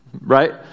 right